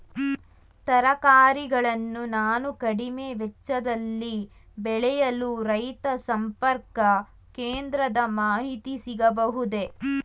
ತರಕಾರಿಗಳನ್ನು ನಾನು ಕಡಿಮೆ ವೆಚ್ಚದಲ್ಲಿ ಬೆಳೆಯಲು ರೈತ ಸಂಪರ್ಕ ಕೇಂದ್ರದ ಮಾಹಿತಿ ಸಿಗಬಹುದೇ?